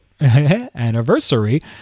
anniversary